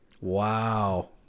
Wow